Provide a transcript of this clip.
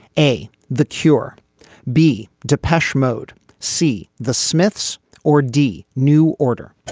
a the cure b depeche mode c the smiths or d new order